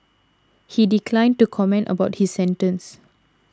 he declined to comment about his sentence